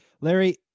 Larry